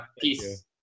peace